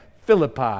Philippi